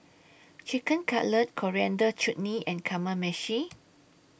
Chicken Cutlet Coriander Chutney and Kamameshi